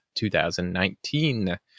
2019